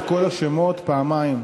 את כל השמות, פעמיים.